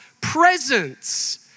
presence